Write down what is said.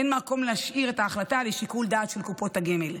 אין מקום להשאיר את ההחלטה לשיקול דעתן של קופות הגמל.